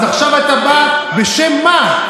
אז עכשיו אתה בא בשם מה?